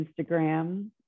Instagram